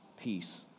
peace